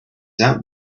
out